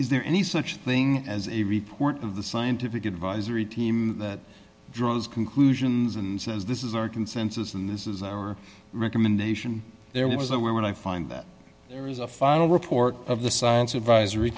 s there any such thing as a report of the scientific advisory team that draws conclusions and says this is our consensus and this is our recommendation there was a way when i find that there is a final report of the science advisory